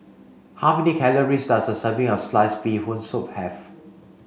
how many calories does a serving of sliced bee Hoon soup have